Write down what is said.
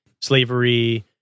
slavery